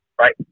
Right